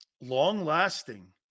Long-lasting